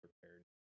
prepared